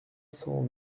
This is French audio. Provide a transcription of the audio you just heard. cent